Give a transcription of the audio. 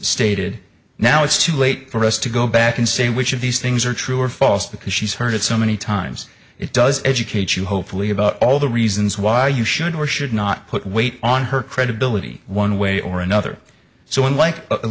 stated now it's too late for us to go back and say which of these things are true or false because she's heard it so many times it does educate you hopefully about all the reasons why you should or should not put weight on her credibility one way or another so unlike